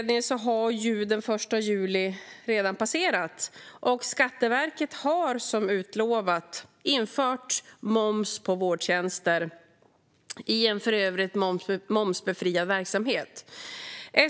Nu har den 1 juli redan passerat, och Skatteverket har, som utlovat, infört moms på vårdtjänster i en för övrigt momsbefriad verksamhet.